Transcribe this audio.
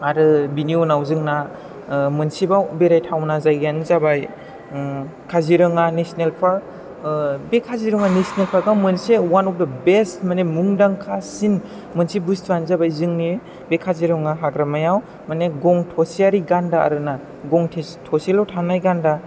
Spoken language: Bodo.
आरो बिनि उनाव जोंना ओह मोनसेबाव बेरायथावना जायगायानो जाबाय ओह काजिरङा नेसनेल फार्क ओह बे काजिरङा नेसनेल फार्कआ मोनसे वान अफ दा बेस्थ मानि मुंदांखासिन मोनसे बुस्थुआनो जाबाय जोंनि बे काजिरङा हाग्रायाव मानि गं थसेयारि गान्दा आरो गं थ' थसेल' थानाय गान्दा